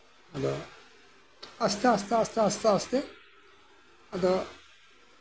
ᱟᱫᱚ ᱟᱥᱛᱮ ᱟᱥᱛᱮ ᱟᱥᱛᱮ ᱟᱫᱚ